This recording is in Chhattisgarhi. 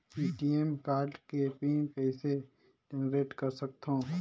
ए.टी.एम कारड के पिन कइसे जनरेट कर सकथव?